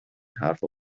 حرفها